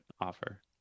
offer